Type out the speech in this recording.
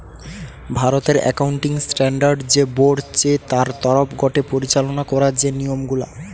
ভারতের accounting standard যে board চে তার তরফ গটে পরিচালনা করা যে নিয়ম গুলা